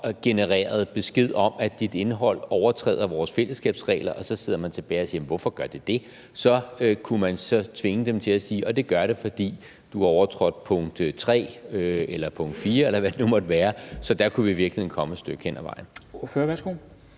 robotgenereret besked om, at dit indhold overtræder vores fællesskabsregler, så man sidder tilbage og spørger, hvorfor de gør det, så kunne man tvinge dem til at sige, at det gør det, fordi du har overtrådt punkt 3 eller punkt 4, eller hvad det nu måtte være. Så der kunne vi i virkeligheden komme et stykke hen ad vejen.